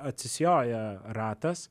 atsisijoja ratas